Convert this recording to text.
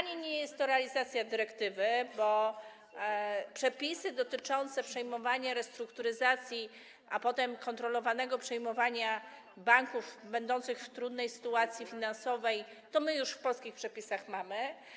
Nie jest realizacja dyrektywy, bo kwestie dotyczące przejmowania, restrukturyzacji, a potem kontrolowanego przejmowania banków będących w trudnej sytuacji finansowej już w polskich przepisach mamy.